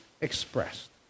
expressed